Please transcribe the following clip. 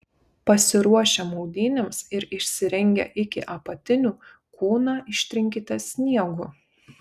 pasiruošę maudynėms ir išsirengę iki apatinių kūną ištrinkite sniegu